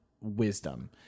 wisdom